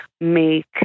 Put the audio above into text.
make